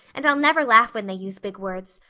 and i'll never laugh when they use big words.